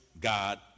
God